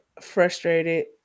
frustrated